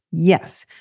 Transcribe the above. yes,